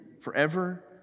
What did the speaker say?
forever